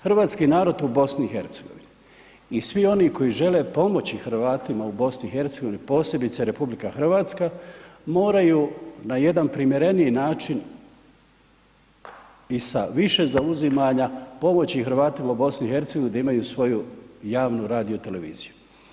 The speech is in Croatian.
Hrvatski narod u BiH-u i svi oni koji žele pomoći Hrvatima u BiH-u posebice RH, moraju na jedan primjereniji način i sa više zauzimanja pomoći Hrvatima u BiH-u da imaju svoju javnu radioteleviziju.